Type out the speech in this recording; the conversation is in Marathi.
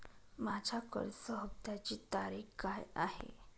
माझ्या कर्ज हफ्त्याची तारीख काय आहे?